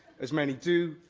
as many do,